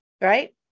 Right